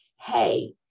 Hey